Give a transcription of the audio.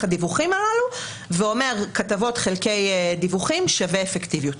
הדיווחים הללו ואומר: כתבות חלקי דיווחים שווה אפקטיביות.